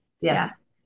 Yes